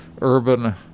urban